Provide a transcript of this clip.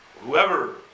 whoever